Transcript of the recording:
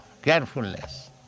carefulness